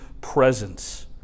presence